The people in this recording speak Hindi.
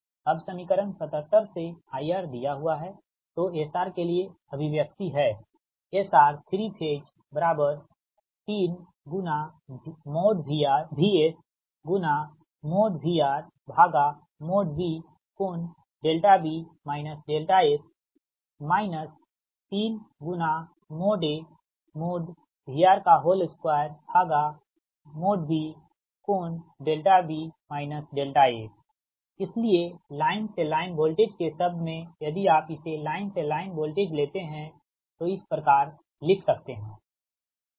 अब समीकरण 77 से IR दिया हुआ है तो SRके लिए अभिव्यक्ति है SR3 3VSVRB∠B S 3AVR2B∠B A इसलिए लाइन से लाइन वोल्टेज के शब्द में यदि आप इसे लाइन से लाइन वोल्टेज लेते है तो इस प्रकार लिख सकते है